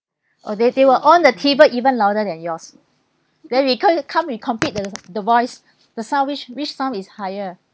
oh they they were on the T_V even louder than yours then we couldn't can't be compete the the voice the sound which which sound is higher